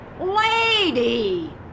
Lady